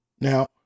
now